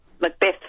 Macbeth